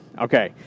Okay